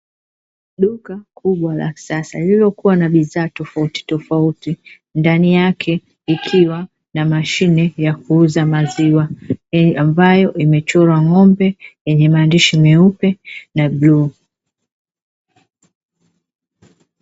Duka kubwa la kisasa lililokuwa na bidhaa tofautitofauti, ndani yake kukiwa na mashine ya kuuzia maziwa ambayoimechorwa ng'ombe na maandishi ya bluu.